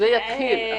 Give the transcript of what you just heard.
זה יתחיל אחרי הבחירות.